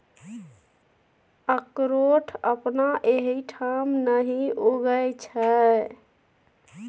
अकरोठ अपना एहिठाम नहि उगय छै